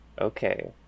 Okay